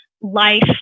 life